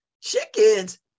chickens